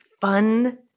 fun